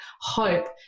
hope